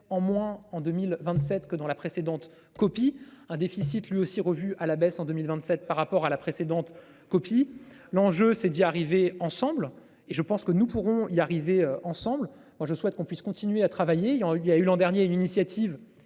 en moins en 2027 que dans la précédente copie un déficit lui aussi revu à la baisse en 2027 par rapport à la précédente copie l'enjeu c'est d'y arriver ensemble et je pense que nous pourrons y arriver ensemble. Moi je souhaite qu'on puisse continuer à travailler. Il en, il y a eu l'an dernier une initiative.